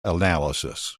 analysis